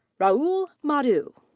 rahul madhu.